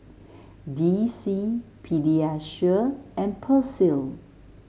D C Pediasure and Persil